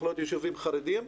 יכולים להיות יישובים חרדיים.